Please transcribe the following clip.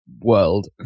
world